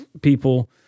people